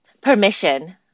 permission